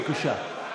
בבקשה.